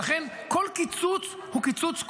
ולכן כל קיצוץ הוא קיצוץ כואב,